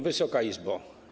Wysoka Izbo!